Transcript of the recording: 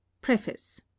Preface